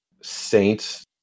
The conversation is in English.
Saints